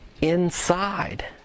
Inside